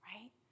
right